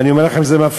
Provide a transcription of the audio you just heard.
ואני אומר לכם, זה מפריע.